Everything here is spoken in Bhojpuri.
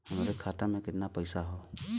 हमरे खाता में कितना पईसा हौ?